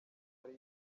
hari